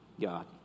God